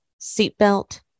seatbelt